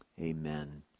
amen